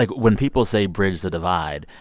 like when people say, bridge the divide,